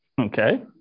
Okay